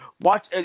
Watch